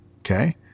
Okay